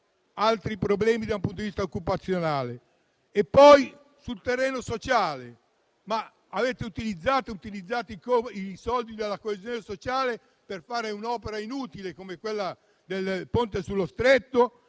altri problemi dal punto di vista occupazionale. Sul terreno sociale, avete utilizzato i soldi della coesione sociale per programmare un'opera inutile come quella del Ponte sullo Stretto: